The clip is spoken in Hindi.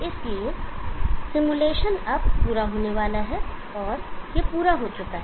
इसलिए सिमुलेशन अब पूरा होने वाला है और यह पूरा हो चुका है